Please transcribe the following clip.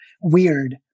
WEIRD